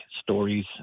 stories